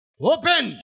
open